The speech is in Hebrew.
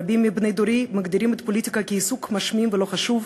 רבים מבני דורי מגדירים את הפוליטיקה כעיסוק משמים ולא חשוב.